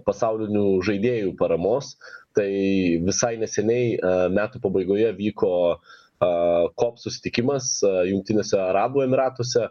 pasaulinių žaidėjų paramos tai visai neseniai metų pabaigoje vyko a kof susitikimas jungtiniuose arabų emyratuose